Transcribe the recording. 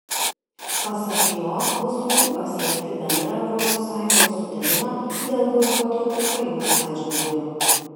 pasak jo bus sunku pasiekti bendrą europos sąjungos sutarimą dėl boikoto ukrainos atžvilgiu